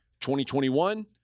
2021